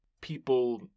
people